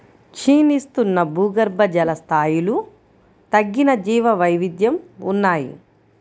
క్షీణిస్తున్న భూగర్భజల స్థాయిలు తగ్గిన జీవవైవిధ్యం ఉన్నాయి